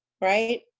right